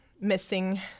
missing